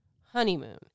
honeymoon